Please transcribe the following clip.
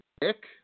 dick